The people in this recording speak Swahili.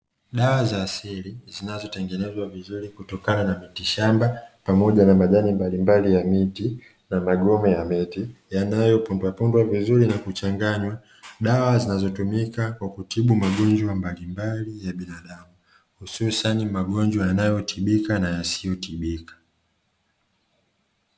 Dawa za asili zinazotengenezwa vizuri kutokana na miti shamba pamoja na majani mbalimbali ya miti na magome ya miti, yanayopondwapondwa vizuri na kuchanganywa. Dawa zinazotumika kwa kutibu magonjwa mbalimbali ya binadamu hususan magonjwa yanayotibika na yasiyotibika.